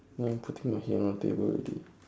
I'm putting my head on the table already